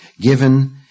given